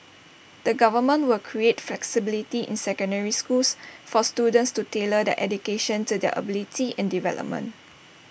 the government will create flexibility in secondary schools for students to tailor their education to their abilities and development